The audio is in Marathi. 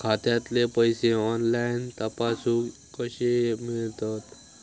खात्यातले पैसे ऑनलाइन तपासुक कशे मेलतत?